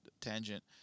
tangent